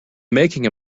making